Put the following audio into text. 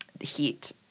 heat